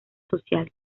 social